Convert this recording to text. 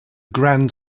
grand